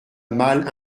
mal